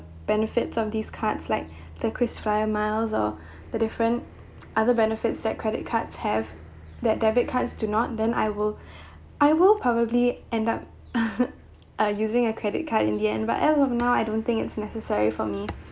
benefits of this cards like the KrisFlyer miles or the different other benefits that credit cards have that debit cards do not then I will I will probably end up using a credit card in the end but as of now I don't think it's necessary for me